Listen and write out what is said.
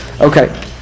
Okay